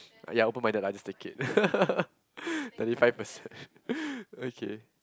ya open minded lah I just take it thirty five percent okay